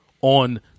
on